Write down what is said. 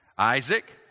Isaac